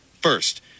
First